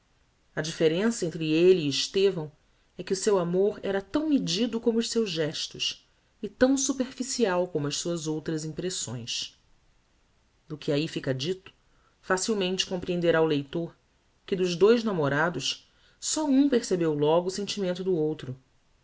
a differença entre elle e estevão é que o seu amor era tão medido como os seus gestos e tão superficial como as suas outras impressões do que ahi fica dito facilmente comprehenderá o leitor que dos dous namorados só um percebeu logo o sentimento do outro